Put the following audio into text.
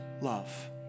love